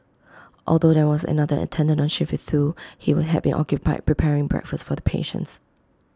although there was another attendant on shift with Thu he had been occupied preparing breakfast for the patients